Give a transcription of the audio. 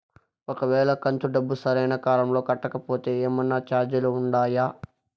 ఒక వేళ కంతు డబ్బు సరైన కాలంలో కట్టకపోతే ఏమన్నా చార్జీలు ఉండాయా?